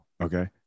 Okay